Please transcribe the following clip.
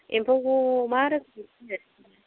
एम्फौखौ मा रोखोमै फिसिनाय जायो